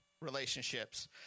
relationships